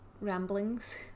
ramblings